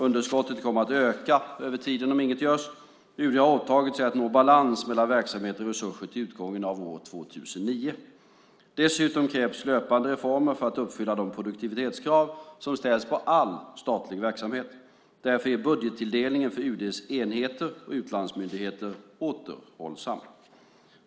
Underskottet kommer att öka över tiden om inget görs. UD har åtagit sig att nå balans mellan verksamhet och resurser till utgången av år 2009. Dessutom krävs löpande reformer för att uppfylla de produktivitetskrav som ställs på all statlig verksamhet. Därför är budgettilldelningen för UD:s enheter och utlandsmyndigheter återhållsam.